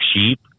sheep